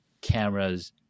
cameras